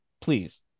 please